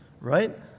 Right